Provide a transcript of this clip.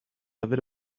aver